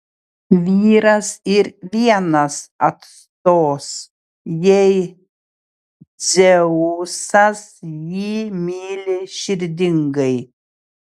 vyras ir vienas atstos jei dzeusas jį myli širdingai